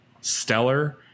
stellar